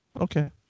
okay